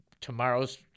tomorrow's